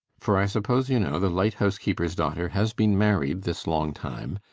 for i suppose you know the lighthouse-keeper's daughter has been married this long time,